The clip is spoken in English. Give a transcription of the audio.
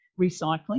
recycling